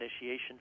initiation